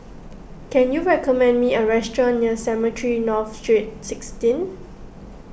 can you recommend me a restaurant near Cemetry North Steet sixteen